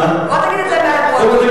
בוא תגיד את זה מעל הדוכן.